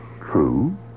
True